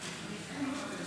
ראיתי שפנו אליך בזה שאמרת,